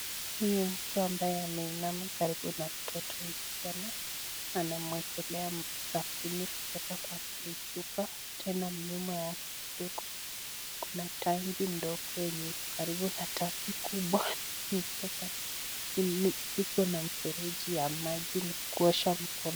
Huyu mtu ambaye ameinama karibu na mtoto msichana, anamwekelea sabuni kutoka kwa hili chupa. Tena nyuma yake kidogo, kuna tanki ndogo yenye iko karibu na tanki kubwa. Iko na mfereji ya maji ni kuosha mkono.